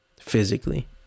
physically